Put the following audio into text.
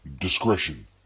Discretion